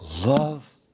Love